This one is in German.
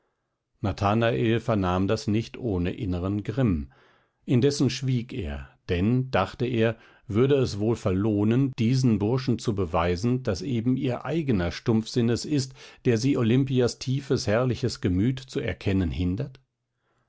nathanael vernahm das nicht ohne innern grimm indessen schwieg er denn dachte er würde es wohl verlohnen diesen burschen zu beweisen daß eben ihr eigner stumpfsinn es ist der sie olimpias tiefes herrliches gemüt zu erkennen hindert